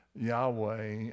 Yahweh